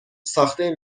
ساخته